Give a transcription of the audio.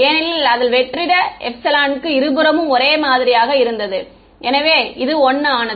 ஏனெனில் அதன் வெற்றிட எப்சிலனுக்கு இருபுறமும் ஒரே மாதிரியாக இருந்தது எனவே இது 1 ஆனது